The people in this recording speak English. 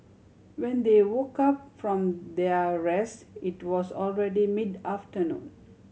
when they woke up from their rest it was already mid afternoon